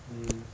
mm